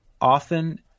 Often